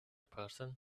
person